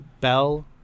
Bell